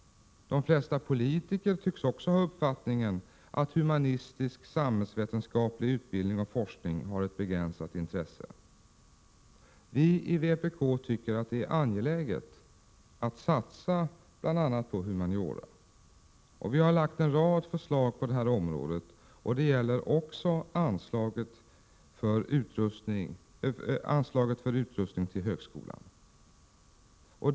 De flesta politiker tycks också ha uppfattningen att humanistisk-samhällsvetenskaplig utbildning och forskning har ett begränsat intresse. Vi i vpk tycker att det är angeläget att satsa på bl.a. humaniora. Vi har lagt fram en rad förslag på det här området, och det gäller också anslaget för utrustning till högskolan.